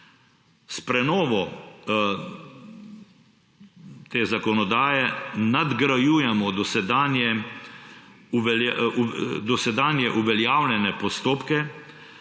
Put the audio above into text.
S prenovo te zakonodaje nadgrajujemo dosedanje uveljavljene postopke.